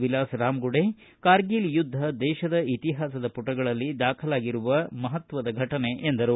ಎಲಾಸ್ ರಾಮ್ ಗುಡೆ ಕಾರ್ಗಿಲ್ ಯುದ್ದ ದೇಶದ ಇತಿಹಾಸದ ಪುಟಗಳಲ್ಲಿ ದಾಖಲಾಗಿರುವ ಮಹತ್ವದ ಫಟನೆ ಎಂದರು